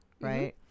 right